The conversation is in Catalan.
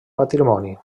patrimoni